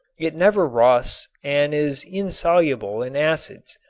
it never rusts and is insoluble in acids.